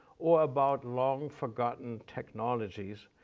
or about long-forgotten technologies,